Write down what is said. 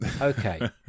Okay